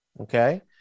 Okay